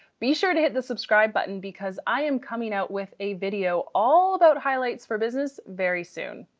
be sure to hit the subscribe button because i am coming out with a video all about highlights for business. very soon,